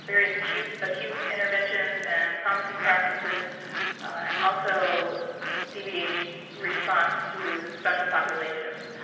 various acute acute interventions and promising practices and also dbh response to special populations.